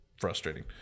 frustrating